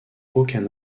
aucun